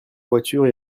voiture